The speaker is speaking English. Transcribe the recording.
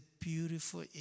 beautiful